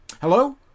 hello